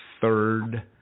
third